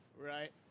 Right